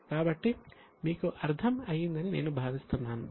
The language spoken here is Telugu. కాబట్టి మీకు అర్థం అయ్యిందని నేను భావిస్తున్నాను